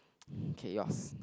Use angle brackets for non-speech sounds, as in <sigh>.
<breath> K yours